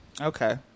Okay